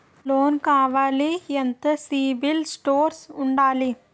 Loan కావాలి ఎంత CIBIL score ఉండాలి?